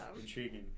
Intriguing